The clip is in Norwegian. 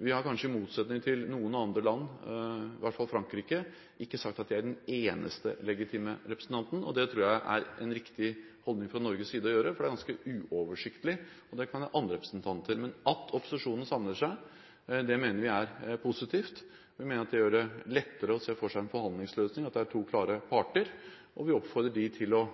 Vi har – kanskje i motsetning til noen andre land, i hvert fall Frankrike – ikke sagt at det er den eneste legitime representanten. Det tror jeg er en riktig holdning fra Norges side å ha, for det er ganske uoversiktlig, og det kan være andre representanter. Men at opposisjonen samler seg, mener vi er positivt. Vi mener at det gjør det lettere å se for seg en forhandlingsløsning når det er to klare parter, og vi oppfordrer dem til å